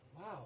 Wow